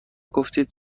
گفتید